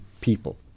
people